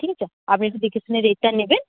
ঠিক আছে আপনি একটু দেখে শুনে রেটটা নেবেন